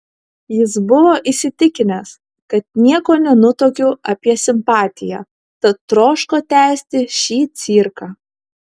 jis buvo įsitikinęs kad nieko nenutuokiu apie simpatiją tad troško tęsti šį cirką